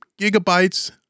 gigabytes